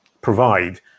provide